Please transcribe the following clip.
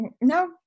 No